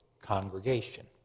congregation